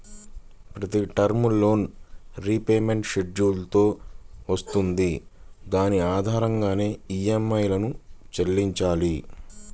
ప్రతి term loan repayment schedule తో వస్తుంది దాని ఆధారంగానే ఈఎంఐలను చెల్లించాలి